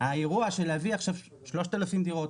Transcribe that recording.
האירוע של להביא עכשיו 3,000 דירות,